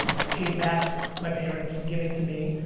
i paid back my parents for giving to me.